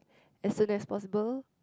as soon as possible